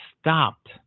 stopped